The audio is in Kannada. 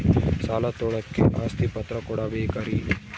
ಸಾಲ ತೋಳಕ್ಕೆ ಆಸ್ತಿ ಪತ್ರ ಕೊಡಬೇಕರಿ?